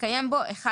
מתקיים בו אחד